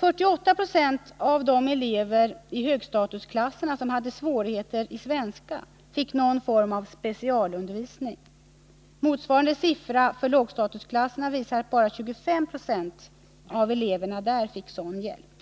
48 90 av de elever i högstatusklasserna som hade svårigheter i svenska fick någon form av specialundervisning. Motsvarande siffra för lågstatusklasserna visar att bara 25 96 av eleverna där fick sådan hjälp.